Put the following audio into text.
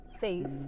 faith